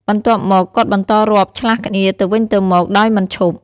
បន្ទាប់មក គាត់បន្តរាប់ឆ្លាស់គ្នាទៅវិញទៅមកដោយមិនឈប់។